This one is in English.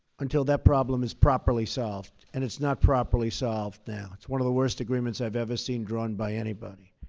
until that problem is properly solved. and it's not properly solved now. it's one of the worst agreements i've ever seen drawn by anybody.